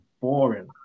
boring